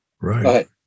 right